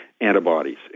antibodies